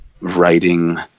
writing